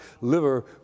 liver